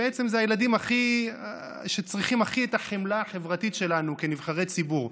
בעצם אלו הילדים שהכי צריכים את החמלה החברתית שלנו כנבחרי ציבור.